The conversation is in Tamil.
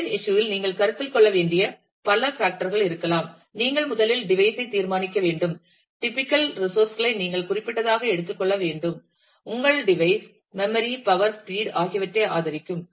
டிசைன் இஸ்யூ இல் நீங்கள் கருத்தில் கொள்ள வேண்டிய பல ஃபேக்டர் கள் இருக்கலாம் நீங்கள் முதலில் டிவைஸ் ஐ தீர்மானிக்க வேண்டும் டிபிக்கல் ரிசோர்ஸ் களை நீங்கள் குறிப்பிட்டதாக எடுத்துக்கொள்ள வேண்டும் உங்கள் டிவைஸ் memory power speed ஆகியவற்றை ஆதரிக்கும்